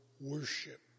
worship